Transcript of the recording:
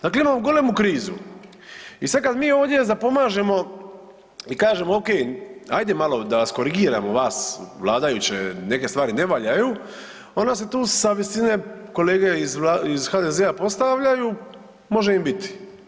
Dakle, imamo golemu krizu i sad kad mi ovdje zapomažemo i kažemo ok, ajde malo da vas korigiramo vas vladajuće neke stvari ne valjaju onda se tu sa visine kolege iz HDZ-a postavljaju, može im biti.